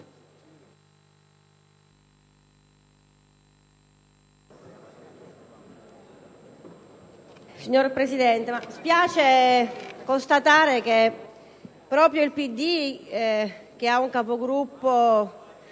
Signor Presidente, spiace constatare che proprio il PD, che ha come Capogruppo